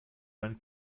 meinen